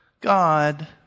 God